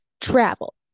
travel